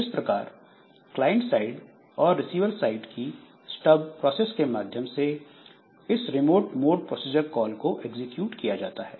इस प्रकार client side और रिसीवर साइड की स्टब प्रोसेस के माध्यम से इस रिमोट मोड प्रोसीजर कॉल को एग्जीक्यूट किया जाता है